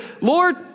Lord